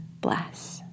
bless